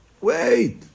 Wait